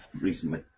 recently